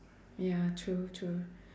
ya true true